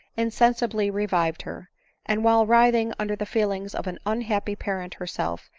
insensibly revived her and while writhing under the feelings of an unhappy parent herself,